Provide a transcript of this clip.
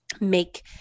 make